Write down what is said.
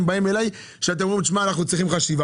אתם באים אליי ואומרים: "אנחנו צריכים חשיבה".